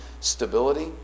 stability